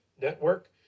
network